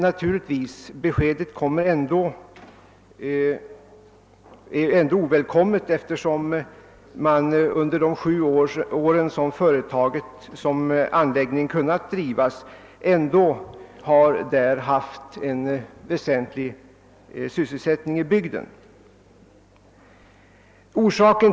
Naturligtvis är beskedet ändå ovälkommet, eftersom man under de sju år som anläggningen kunnat drivas ändå däri haft en väsentlig sysselsättningskälla i bygden.